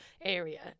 area